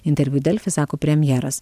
interviu delfi sako premjeras